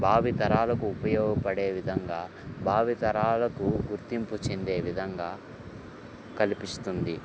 భావితరాలకు ఉపయోగపడే విధంగా భావితరాలకు గుర్తింపు చెందే విధంగా కల్పిస్తుంది